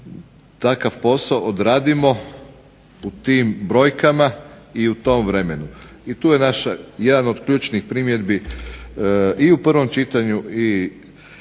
takav posao odradimo u tim brojkama i u tom vremenu? I tu je naša jedna od ključnih primjedbi i u prvom čitanju i sada u